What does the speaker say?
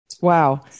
Wow